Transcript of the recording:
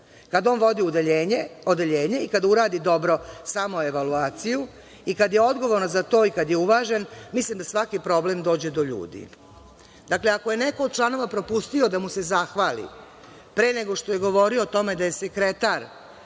Kad on vodi odeljenje i kada uradi dobro samoevaluaciju i kad je odgovoran za to i kada je uvažen, mislim da svaki problem dođe do ljudi.“Dakle, ako je neko od članova propustio da mu se zahvali pre nego što je govorio o tome da je sekretar